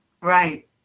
Right